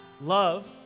love